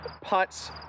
putts